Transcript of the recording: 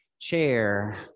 chair